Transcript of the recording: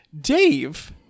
Dave